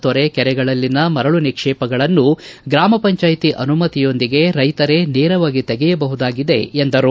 ತೊರೆ ಕೆರೆಗಳಲ್ಲಿನ ಮರಳು ನಿಕ್ಷೇಪಗಳನ್ನು ಗ್ರಾಮ ಪಂಚಾಯತಿ ಅನುಮತಿಯೊಂದಿಗೆ ರೈತರೆ ನೇರವಾಗಿ ತೆಗೆಯಬಹುದಾಗಿದೆ ಎಂದರು